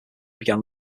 began